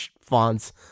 fonts